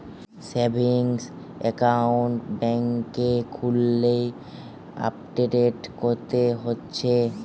savings account বেংকে খুললে update করতে হতিছে